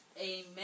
Amen